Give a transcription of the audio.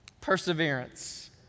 Perseverance